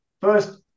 first